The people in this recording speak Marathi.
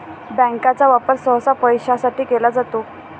बँकांचा वापर सहसा पैशासाठी केला जातो